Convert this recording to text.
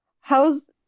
how's